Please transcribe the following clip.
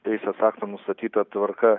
teisės aktų nustatyta tvarka